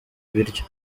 biryo